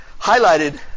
highlighted